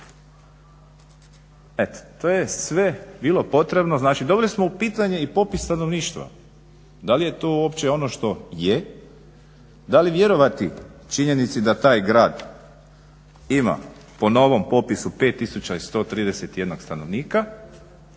Eto, to je sve bilo potrebno, znači doveli smo u pitanje i popis stanovništva, da li je to uopće ono što je, da li vjerovati činjenica da taj grad ima po novom popisu 5131 stanovnika